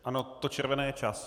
Ano, to červené je čas.